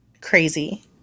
Crazy